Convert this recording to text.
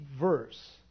verse